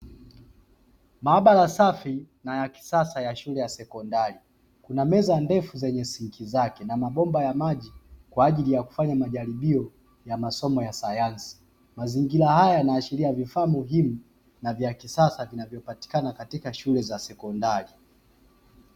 Maabara safi na yakisasa ya shule ya sekondari, kuna mezandefu yenye sinki zake na mabomba ya maji kwa ajili ya kufanya majaribio ya masomo ya sayansi. Mazingira haya yanaashiria vifaa muhimu na vya kisasa vinavyopatikana katika shule za sekondari.